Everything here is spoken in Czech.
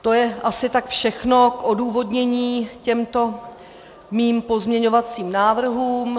To je asi tak všechno k odůvodnění k těmto mým pozměňovacím návrhům.